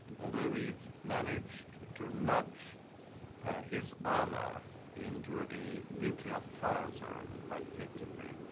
although we've managed to nudge his armor into a nuclear fire zone quite effectively,